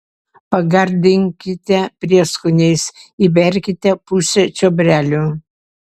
pagardinkite prieskoniais įberkite pusę čiobrelių